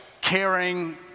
caring